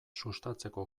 sustatzeko